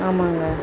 ஆமாங்க